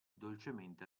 dolcemente